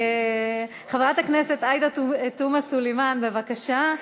חברת הכנסת עאידה תומא סלימאן, בבקשה.